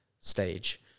stage